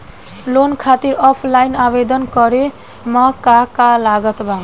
Loan खातिर offline आवेदन करे म का का लागत बा?